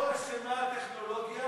בהכול אשמה הטכנולוגיה,